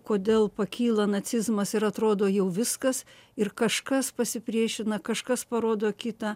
kodėl pakyla nacizmas ir atrodo jau viskas ir kažkas pasipriešina kažkas parodo kitą